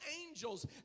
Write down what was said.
angels